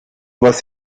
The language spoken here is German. was